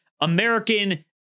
American